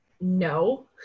No